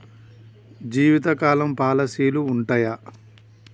జీవితకాలం పాలసీలు ఉంటయా?